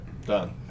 Done